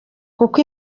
kuko